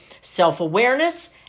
self-awareness